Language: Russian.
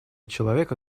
человека